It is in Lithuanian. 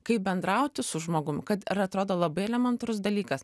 kaip bendrauti su žmogum kad ir atrodo labai elementarus dalykas